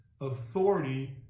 authority